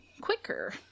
quicker